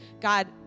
God